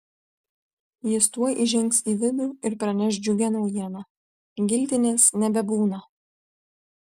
jis tuoj įžengs į vidų ir praneš džiugią naujieną giltinės nebebūna